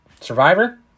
Survivor